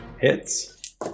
hits